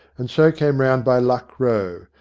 and so came round by luck row,